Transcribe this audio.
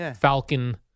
Falcon